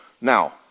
Now